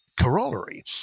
corollary